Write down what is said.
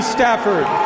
Stafford